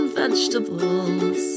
vegetables